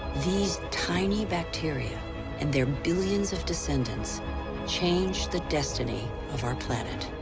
these tiny bacteria and their billions of descendants changed the destiny of our planet.